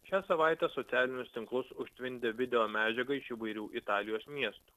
šią savaitę socialinius tinklus užtvindė videomedžiaga iš įvairių italijos miestų